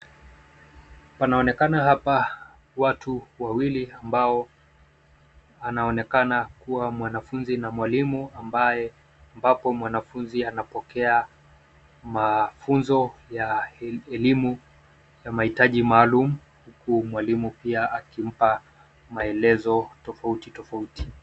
Panaonekana hapa watu wawili ambao anaoneka kuwa mwanafunzi na mwalimu ambaye ambapo mwanafunzi anapokea mafunzo ya elimu ya mahitaji maalum huu mwalimu pia akimpa maelezo tofauti tofauti.